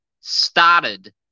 started